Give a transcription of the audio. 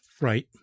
Right